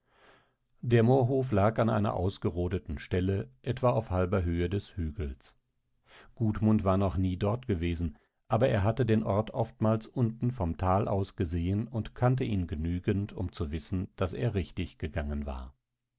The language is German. der moorhof lag an einer ausgerodeten stelle etwa auf halber höhe des hügels gudmund war noch nie dort gewesen aber er hatte den ort oftmals unten vom tale aus gesehen und kannte ihn genügend um zu wissen daß er richtig gegangen war